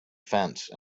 fence